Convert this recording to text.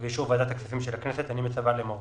ובאישור ועדת הכספים של הכנסת, אני מצווה לאמור: